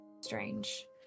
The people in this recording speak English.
strange